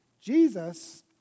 Jesus